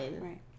Right